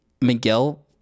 Miguel